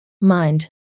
mind